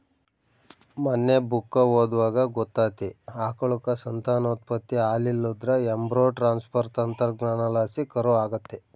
ಮನ್ನೆ ಬುಕ್ಕ ಓದ್ವಾಗ ಗೊತ್ತಾತಿ, ಆಕಳುಕ್ಕ ಸಂತಾನೋತ್ಪತ್ತಿ ಆಲಿಲ್ಲುದ್ರ ಎಂಬ್ರೋ ಟ್ರಾನ್ಸ್ಪರ್ ತಂತ್ರಜ್ಞಾನಲಾಸಿ ಕರು ಆಗತ್ತೆ